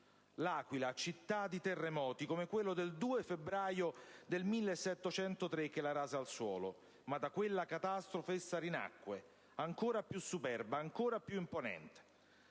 L'Aquila, città di terremoti, come quello del 2 febbraio 1703 che la rase al suolo, ma da quella catastrofe essa rinacque, ancora più superba, ancora più imponente.